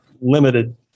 limited